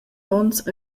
onns